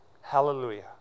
hallelujah